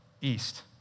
East